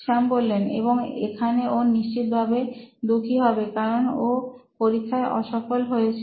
শ্যাম এবং এখানে ও নিশ্চিত ভাবে দুঃখী হবে কারণ ও পরীক্ষায় অসফল হয়েছে